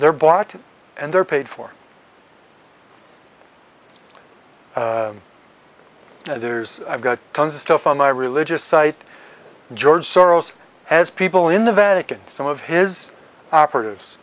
they're bought and they're paid for others i've got tons of stuff on my religious site george soros has people in the vatican some of his operatives